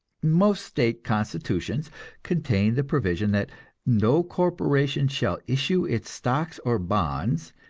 most state constitutions contain the provision that no corporation shall issue its stocks or bonds,